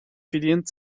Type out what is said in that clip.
verdient